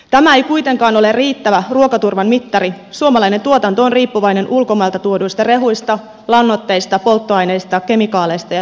tämä ei kuitenkaan ole riittävä ruokaturvan mittari suomalainen tuotanto on riippuvainen ulkomailta tuoduista rehuista lannoitteista polttoaineista kemikaaleista ja työvoimasta